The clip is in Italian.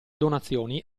donazioni